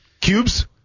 Cubes